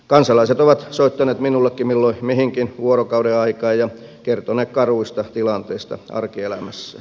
kansalaiset ovat soittaneet minullekin milloin mihinkin vuorokaudenaikaan ja kertoneet karuista tilanteista arkielämässä